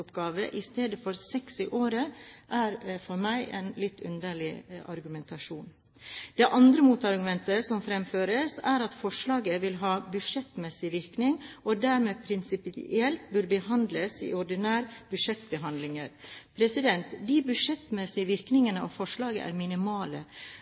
året istedenfor seks, er for meg en litt underlig argumentasjon. Det andre motargumentet som fremføres, er at forslaget vil ha budsjettmessig virkning og dermed prinsipielt burde behandles i ordinære budsjettbehandlinger. De budsjettmessige